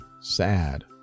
sad